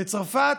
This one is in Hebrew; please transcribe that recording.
בצרפת,